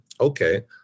okay